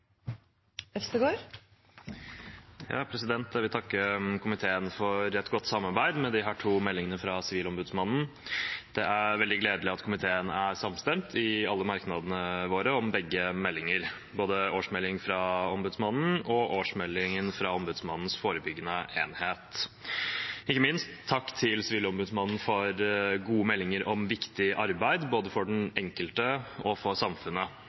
veldig gledelig at komiteen er samstemt i alle merknadene våre om begge meldinger, både årsmelding fra Sivilombudsmannen og årsmeldingen fra Sivilombudsmannens forebyggende enhet. Jeg vil ikke minst takke Sivilombudsmannen for gode meldinger om viktig arbeid, både for den enkelte og for samfunnet.